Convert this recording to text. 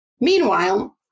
Meanwhile